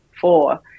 four